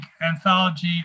anthology